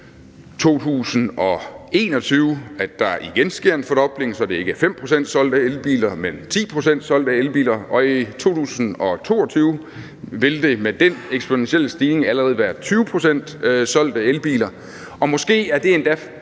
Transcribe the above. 2021, at der igen sker en fordobling, så det ikke er 5 pct. solgte elbiler, men 10 pct. solgte elbiler, og i 2022 vil det med den eksponentielle stigning allerede være 20 pct. solgte elbiler. Måske er det endda